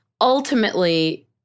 ultimately